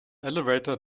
elevator